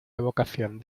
evocación